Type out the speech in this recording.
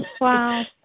Wow